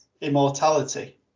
Immortality